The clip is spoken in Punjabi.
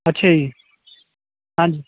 ਅੱਛਾ ਜੀ ਹਾਂਜੀ